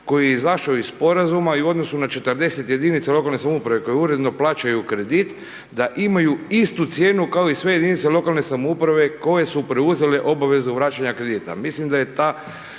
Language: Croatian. koji je izašao iz sporazuma i u odnosu na 40 jedinica lokalne samouprave koje uredno plaćaju kredit, da imaju istu cijenu kao i sve jedinice lokalne samouprave koje su preuzele obavezu vraćanja kredita.